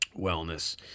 wellness